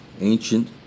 ancient